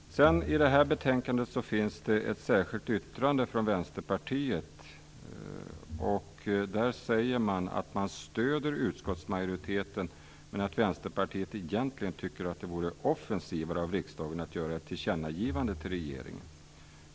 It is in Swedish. I betänkandet finns ett särskilt yttrande från Vänsterpartiet, där man säger att Vänsterpartiet stöder utskottsmajoriteten men att Vänsterpartiet egentligen tycker att det vore offensivare av riksdagen att göra ett tillkännnagivande till regeringen.